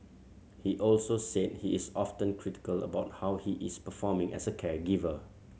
he also said he is often critical about how he is performing as a caregiver